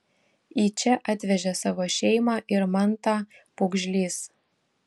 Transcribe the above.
į čia atvežė savo šeimą ir mantą pūgžlys